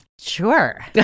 Sure